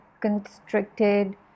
constricted